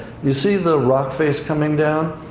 you see the rock face coming down?